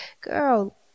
girl